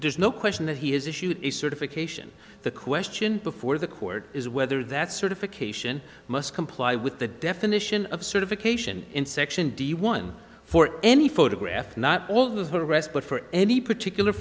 there's no question that he has issued a certification the question before the court is whether that certification must comply with the definition of certification in section d one for any photograph not all the rest but for any particular